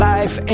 Life